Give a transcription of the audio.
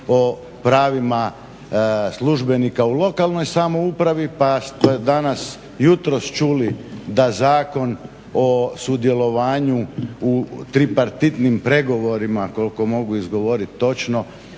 o pravima službenika u lokalnoj samoupravi, pa ste danas, jutros čuli da Zakon o sudjelovanju u tripartitnim pregovorima koliko mogu izgovoriti točno